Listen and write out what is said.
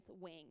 wing